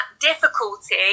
difficulty